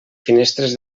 finestres